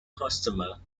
customer